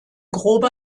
grobe